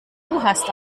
hast